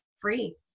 free